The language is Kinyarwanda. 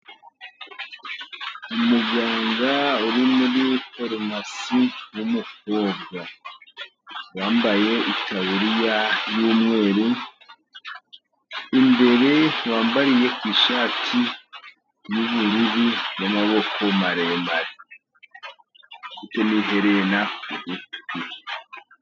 Umuganga uri muri farumasi w'umukobwa wambaye itaburiya y'umweru, imbere wambariye ku ishati y'ubururu y' amaboko maremare.